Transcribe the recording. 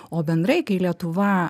o bendrai kai lietuva